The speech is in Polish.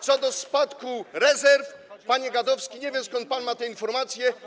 Co do spadku rezerw, panie Gadowski, nie wiem, skąd pan ma te informacje.